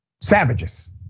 Savages